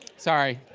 sorry.